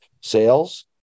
sales